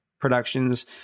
productions